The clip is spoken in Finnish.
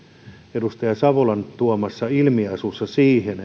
edustaja savolan tuomassa ilmiasussa suhteessa siihen